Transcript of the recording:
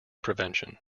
prevention